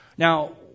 Now